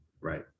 Right